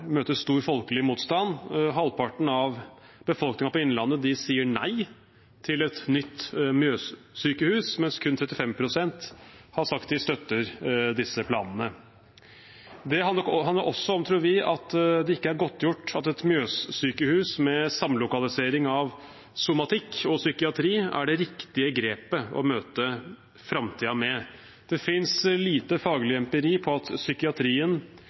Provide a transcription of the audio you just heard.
møter stor folkelig motstand. Halvparten av befolkningen i Innlandet sier nei til det nye Mjøssykehuset, mens kun 35 pst. har sagt at de støtter disse planene. Det handler også om, tror vi, at det ikke er godtgjort at Mjøssykehuset med samlokalisering av somatikk og psykiatri er det riktige grepet å møte framtiden med. Det fins lite faglig empiri på at psykiatrien